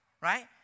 right